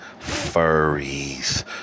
furries